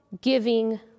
giving